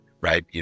right